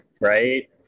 Right